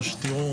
תודה.